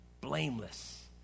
Blameless